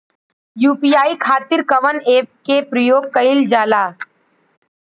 UPI खातीर कवन ऐपके प्रयोग कइलजाला?